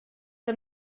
que